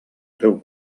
teu